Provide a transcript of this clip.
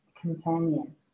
companion